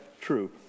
true